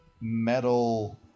metal